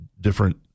different